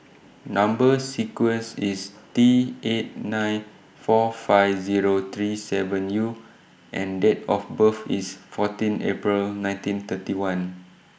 Number sequence IS T eight nine four five Zero three seven U and Date of birth IS fourteen April nineteen thirty one